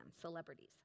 celebrities